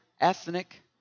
ethnic